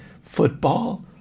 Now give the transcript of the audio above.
football